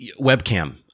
webcam